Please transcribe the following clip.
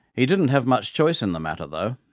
he didn't have much choice in the matter, though.